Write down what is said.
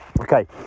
okay